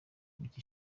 mike